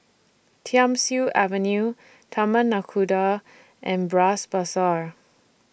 Thiam Siew Avenue Taman Nakhoda and Bras Basah